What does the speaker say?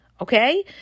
Okay